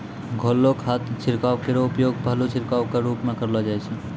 घोललो खाद छिड़काव केरो उपयोग पहलो छिड़काव क रूप म करलो जाय छै